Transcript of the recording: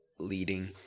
leading